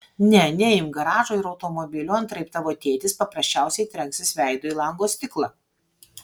ne neimk garažo ir automobilių antraip tavo tėtis paprasčiausiai trenksis veidu į lango stiklą